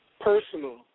Personal